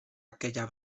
aquella